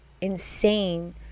insane